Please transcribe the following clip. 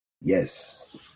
yes